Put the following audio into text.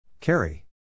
Carry